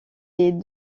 est